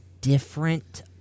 different